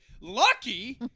Lucky